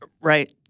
Right